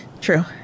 True